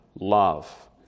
love